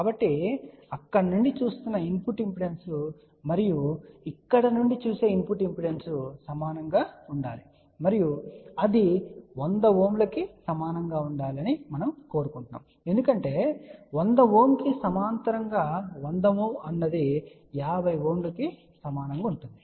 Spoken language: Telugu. కాబట్టి ఇక్కడ నుండి చూస్తున్న ఇన్పుట్ ఇంపిడెన్స్ మరియు ఇక్కడ నుండి చూసే ఇన్పుట్ ఇంపిడెన్స్ సమానంగా ఉండాలి మరియు అది 100Ω కి సమానంగా ఉండాలి అని మనము కోరుకుంటున్నాము ఎందుకంటే 100Ω కి సమాంతరంగా 100Ω అనునది 50Ω కి సమానంగా ఉంటుంది